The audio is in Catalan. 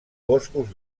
boscos